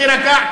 תירגע.